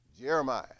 Jeremiah